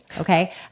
okay